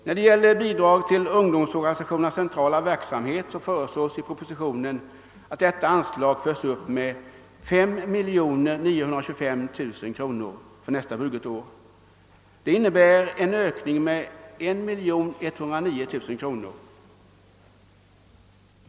När det gäller bidrag till ungdomsorganisationernas centrala verksamhet föreslås i propositionen att anslaget tages upp med 5 925 000 kronor för nästa budgetår, vilket innebär en ökning med 1109 000 kronor.